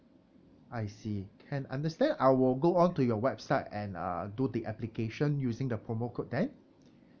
I see can understand I will go on to your website and uh do the application using the promo code then